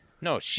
no